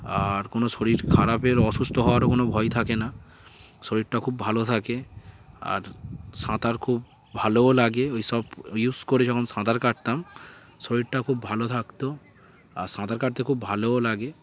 আর কোনো শরীর খারাপের অসুস্থ হওয়ারও কোনো ভয় থাকে না শরীরটা খুব ভালো থাকে আর সাঁতার খুব ভালোও লাগে ওই সব ইউজ করে যখন সাঁতার কাটতাম শরীরটা খুব ভালো থাকত আর সাঁতার কাটতে খুব ভালোও লাগে